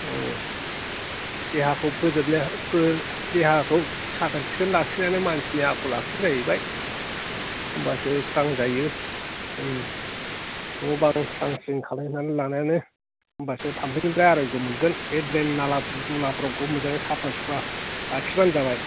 औ देहाखौ फोजोबनो देहाखौ साखोन सिखोन लाखिनायानो मानसिनि आखल आखु जाहैबाय होनबासो स्रां जायो न' बां स्रां स्रिं खालामनानै लानायानो होनबासो थाम्फैनिफ्राय आर'ग्य' मोनगोन बे द्रैन नालाफोर गुनाफोरखौ मोजाङै साफा सुफा लाखिबानो जाबाय